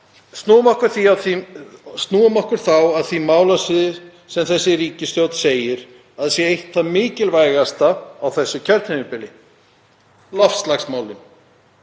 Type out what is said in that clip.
snúum okkur því að því málasviði sem þessi ríkisstjórn segir að sé eitt það mikilvægasta á þessu kjörtímabili, loftslagsmálunum.